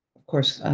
of course,